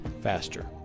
faster